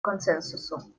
консенсусу